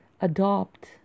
adopt